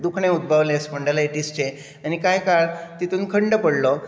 दुखणें उद्भावलें स्पॉण्डलायटीसचें आनी कांय काळ तेतून खंड पडलो